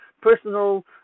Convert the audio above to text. personal